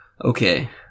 Okay